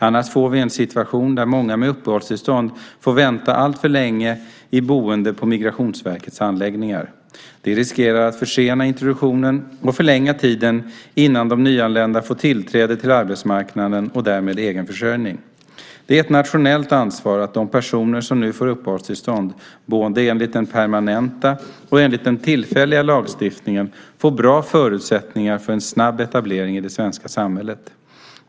Annars får vi en situation där många med uppehållstillstånd får vänta alltför länge i boende på Migrationsverkets anläggningar. Det riskerar att försena introduktionen och förlänga tiden innan de nyanlända får tillträde till arbetsmarknaden och därmed egen försörjning. Det är ett nationellt ansvar att de personer som nu får uppehållstillstånd, både enligt den permanenta och enligt den tillfälliga lagstiftningen, får bra förutsättningar för en snabb etablering i det svenska samhället.